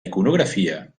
iconografia